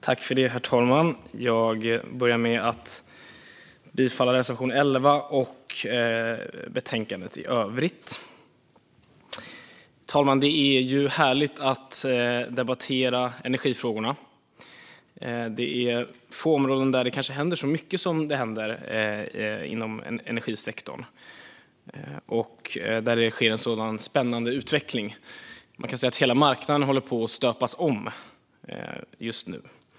Herr talman! Jag börjar med att yrka bifall till reservation 11 och i övrigt till förslaget i betänkandet. Herr talman! Det är härligt att debattera energifrågorna. Det är få områden där det händer så mycket som inom energisektorn och där det sker en så spännande utveckling. Man kan säga att hela marknaden håller på att stöpas om just nu.